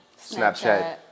Snapchat